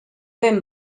ben